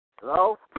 Hello